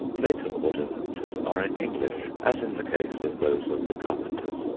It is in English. later ordinances are in english as in the case of those of the carpenters,